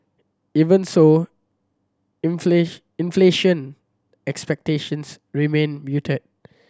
even so inflation expectations remain muted